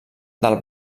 del